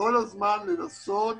כל הזמן לנסות